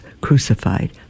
crucified